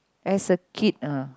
as a kid ah